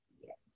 Yes